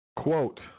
Quote